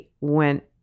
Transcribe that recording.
went –